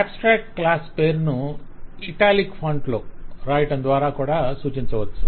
abstract class పేరును italic ఫాంట్లో వ్రాయడం ద్వారా కూడా సూచించవచ్చు